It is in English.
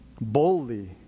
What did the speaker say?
boldly